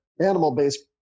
animal-based